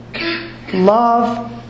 Love